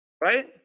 right